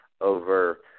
over